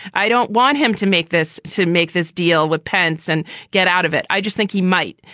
i don't want him to make this to make this deal with pence and get out of it. i just think he might.